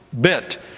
bit